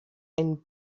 einen